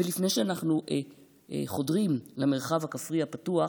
לפני שאנחנו חודרים למרחב הכפרי הפתוח,